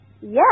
Yes